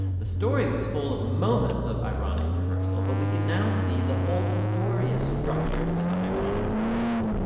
the story was full of moments of ironic reversal. but we can now see the whole story is structured as ironic reversal.